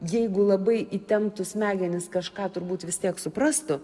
jeigu labai įtemptų smegenis kažką turbūt vis tiek suprastų